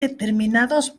determinados